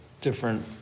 different